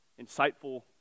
insightful